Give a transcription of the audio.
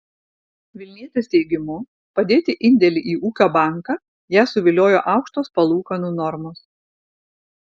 vilnietės teigimu padėti indėlį į ūkio banką ją suviliojo aukštos palūkanų normos